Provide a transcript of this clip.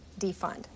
defund